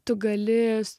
tu galėjęs